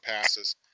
passes